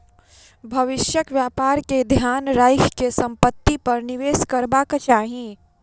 भविष्यक व्यापार के ध्यान राइख के संपत्ति पर निवेश करबाक चाही